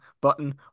button